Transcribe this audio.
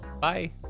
Bye